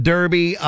Derby